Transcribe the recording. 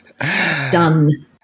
Done